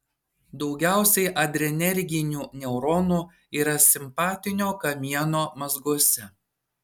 daugiausiai adrenerginių neuronų yra simpatinio kamieno mazguose